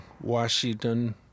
Washington